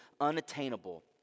unattainable